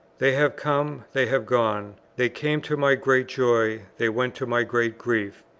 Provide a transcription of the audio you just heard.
they have come, they have gone they came to my great joy, they went to my great grief.